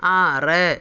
ആറ്